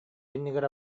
иннигэр